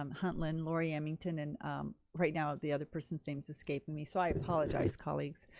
um hunt lynn, lori emmington, and right now the other person's names escaping me, so i apologize colleagues.